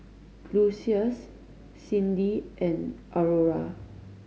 Lucius Cyndi and Aurora